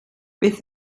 beth